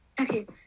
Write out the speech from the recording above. Okay